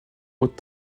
haute